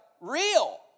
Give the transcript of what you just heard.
real